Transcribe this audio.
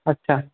আচ্ছা